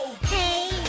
Hey